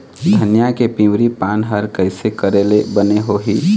धनिया के पिवरी पान हर कइसे करेले बने होही?